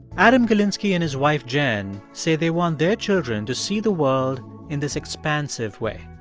adam galinsky and his wife jen say they want their children to see the world in this expansive way.